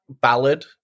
ballad